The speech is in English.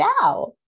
now